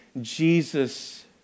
Jesus